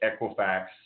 Equifax